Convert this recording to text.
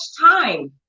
time